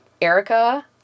Erica